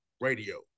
radio